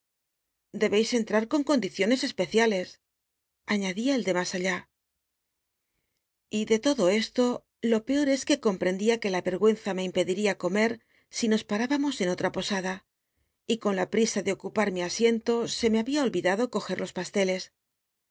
en trar con condiciones especia le aiíadia el de mas alhi y de todo cslo lo peo es que com wendia qu e la mgiienr a me impcdijia comer si nos parübamos en otja posada y con la prisa de ocupa r mi asiento se me babia ohidado coge los pasteles